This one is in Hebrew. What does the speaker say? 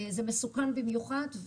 זה מסוכן במיוחד,